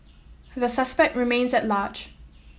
the suspect remains at large